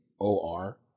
O-R